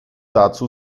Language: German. dazu